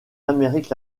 amérique